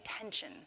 attention